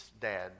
dad